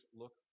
look